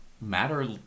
matter